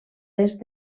est